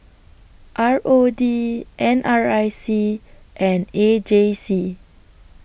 R O D N R I C and A J C